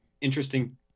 interesting